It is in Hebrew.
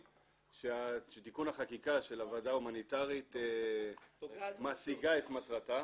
שתיקון החקיקה של הוועדה ההומניטרית משיגה את מטרתה.